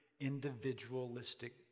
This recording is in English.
individualistic